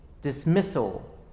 dismissal